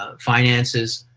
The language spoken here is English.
ah finances.